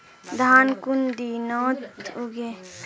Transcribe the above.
धान कुन दिनोत उगैहे